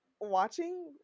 watching